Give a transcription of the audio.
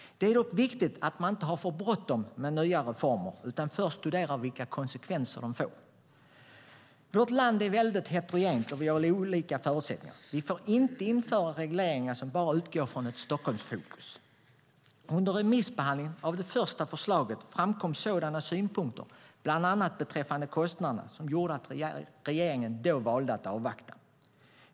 Det är dock viktigt att man inte har för bråttom med nya reformer utan först studerar vilka konsekvenser de får. Vårt land är väldigt heterogent och har olika förutsättningar. Vi får inte införa regleringar som bara utgår från ett Stockholmsfokus. Under remissbehandlingen av det första förslaget framkom sådana synpunkter, bland annat beträffande kostnaderna, som gjorde att regeringen då valde att avvakta.